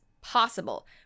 possible